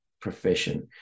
profession